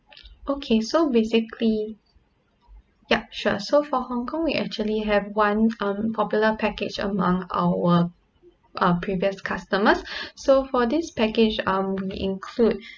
okay so basically yup sure so for hong kong we actually have one um popular package among our uh previous customers so for this package um we include